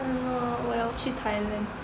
我要去 Thailand